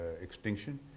extinction